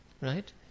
Right